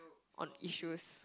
on issues